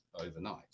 overnight